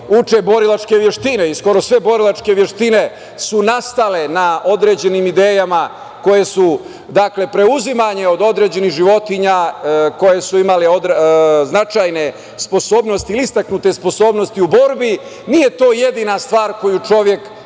uče borilačke veštine i skoro sve borilačke veštine su nastale na određenim idejama koje su, preuzimanje od određenih životinja koje su imale značajne sposobnosti ili istaknute sposobnosti u borbi i nije to jedina stvar koju čovek